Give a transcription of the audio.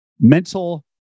mental